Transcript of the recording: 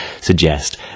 suggest